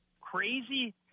crazy